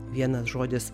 vienas žodis